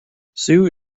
sue